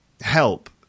help